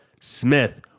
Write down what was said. Smith